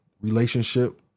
relationship